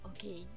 Okay